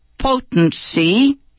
potency